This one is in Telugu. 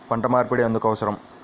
పంట మార్పిడి ఎందుకు అవసరం?